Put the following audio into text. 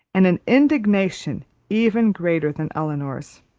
and an indignation even greater than elinor's.